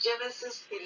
Genesis